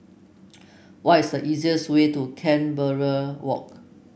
what is the easiest way to Canberra Walk